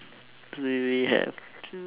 do we really have to